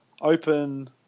open